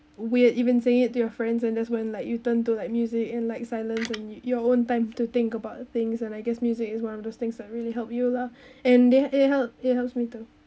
weird even say it to your friends and that's when like you turn to like music and like silence on your own time to think about things and I guess music is one of those things that really help you lah and the~ it help it helps me to